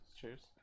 Cheers